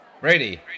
Brady